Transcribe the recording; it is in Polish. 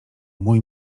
mój